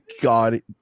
god